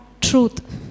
truth